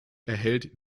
erhält